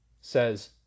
says